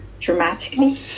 dramatically